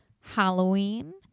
Halloween